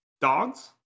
Dogs